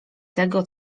tego